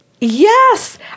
Yes